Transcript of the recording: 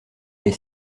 les